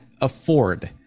afford